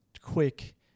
quick